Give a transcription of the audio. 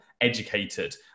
educated